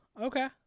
okay